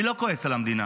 אני לא כועס על המדינה,